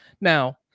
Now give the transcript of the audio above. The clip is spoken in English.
Now